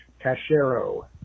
Cashero